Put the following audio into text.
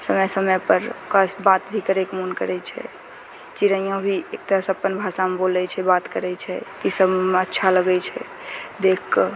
समय समय पर ओकरा से बात करैके भी मोन करै छै चिड़ैयाँ भी एक तरहसँ अपन भाषामे बोलै छै बात करै छै तऽ ईसब हमरा अच्छा लगै छै देख कऽ